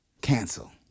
cancel